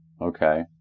Okay